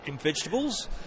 vegetables